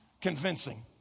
convincing